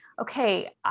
okay